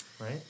right